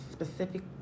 specific